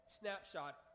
snapshot